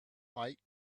fight